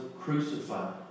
crucified